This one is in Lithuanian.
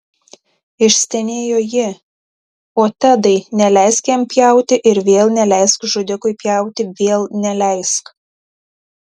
išstenėjo ji o tedai neleisk jam pjauti ir vėl neleisk žudikui pjauti vėl neleisk